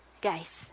Guys